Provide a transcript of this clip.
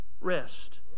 rest